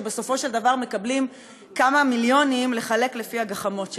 שבסופו של דבר מקבלים כמה מיליונים לחלק לפי הגחמות שלהם.